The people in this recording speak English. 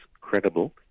credible